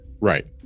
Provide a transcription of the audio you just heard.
right